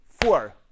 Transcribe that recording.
four